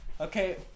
Okay